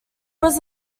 was